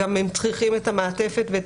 כתבתי לי את זה בהסתייגות,